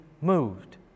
moved